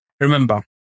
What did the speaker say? Remember